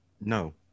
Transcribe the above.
No